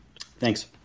Thanks